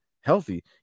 healthy